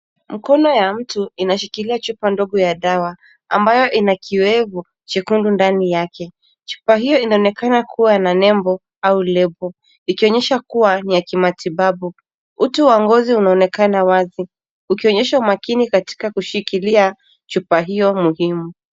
Mkono ya mtu inashikilia chupa ndogo ya dawa, ambayo ina kiwegu chekundu ndani yake. Chupa hio inaonekana kua na nebo au lebo, ikionyesha kua ni ya kimatibabu. Utu wa ngozi unaonekana wazi, ukionyesha umakini katika kushikilia chupa hio muhimu.